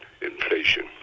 inflation